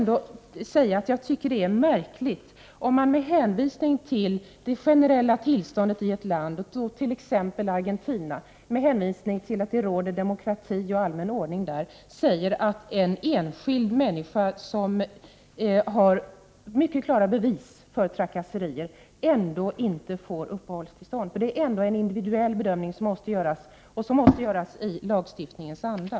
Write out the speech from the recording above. Det är märkligt, om man med hänvisning till det generella tillståndet i ett land, t.ex. Argentina, med hänvisning till att det råder demokrati och allmän ordning där, ändå säger att en enskild människa som har mycket klara bevis för trakasserier inte skall få uppehållstillstånd. Det måste ändå göras en individuell bedömning, och den måste göras i lagstiftningens anda.